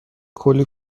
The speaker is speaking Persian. کلی